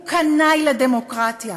הוא קנאי לדמוקרטיה.